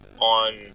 on